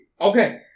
okay